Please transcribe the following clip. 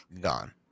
gone